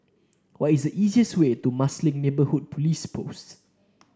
what is the easiest way to Marsiling Neighbourhood Police Post